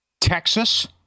Texas